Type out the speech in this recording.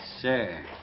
Sir